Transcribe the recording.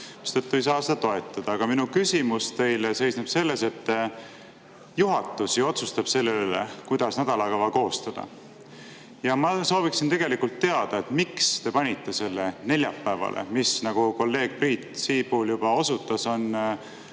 mistõttu ei saa seda toetada. Aga minu küsimus teile seisneb selles, et juhatus otsustab selle üle, kuidas nädalakava koostada. Ma sooviksin teada, miks te panite selle neljapäevale, mis, nagu kolleeg Priit Sibul juba osutas, on